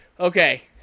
Okay